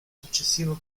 successivo